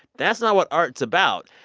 that's not what art's about.